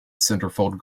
centerfold